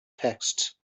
texts